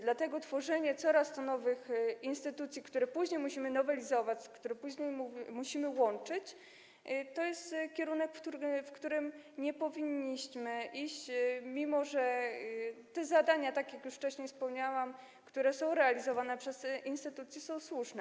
Dlatego tworzenie coraz to nowych instytucji, które później musimy nowelizować, które później musimy łączyć, to jest kierunek, w którym nie powinniśmy iść, mimo że zadania, tak jak już wcześniej wspomniałam, które są realizowane przez te instytucje, są słuszne.